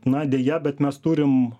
na deja bet mes turim